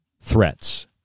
threats